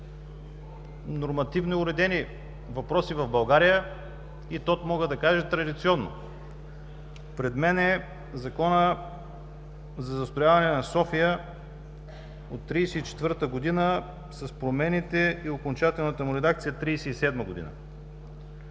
нормативно уредени въпроси в България и мога да кажа –традиционно. Пред мен е Закона за застрояване на София от 1934 г. с промените и окончателната му редакция от 1937 г.